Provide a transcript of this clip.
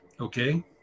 okay